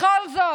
בכל זאת,